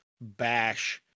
bash